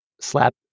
slap